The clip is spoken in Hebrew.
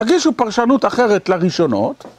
הגישו פרשנות אחרת לראשונות